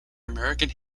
american